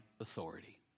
authority